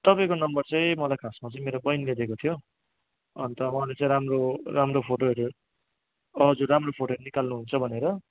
तपाईँको नम्बर चाहिँ मलाई खासमा चाहिँ मेरो बहिनीले दिएको थियो अन्त उहाँले चाहिँ राम्रो राम्रो फोटोहरू हजुर राम्रो फोटोहरू निकाल्नुहुन्छ भनेर